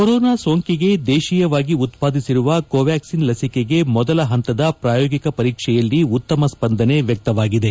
corona ಸೋಂಕಿಗೆ ದೇಶಿಯವಾಗಿ ಉತ್ವಾದಿಸಿರುವ ಕೋವ್ಲಾಕ್ಷಿನ್ ಲಸಿಕೆಗೆ ಮೊದಲ ಹಂತದ ಪ್ರಾಯೋಗಿಕ ಪರೀಕ್ಷೆಯಲ್ಲಿ ಉತ್ತಮ ಸ್ಪಂದನೆ ವ್ಯಕ್ತವಾಗಿದೆ